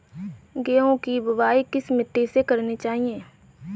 गेहूँ की बुवाई किस मिट्टी में करनी चाहिए?